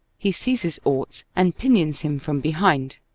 he seizes orts and pinions him from behind.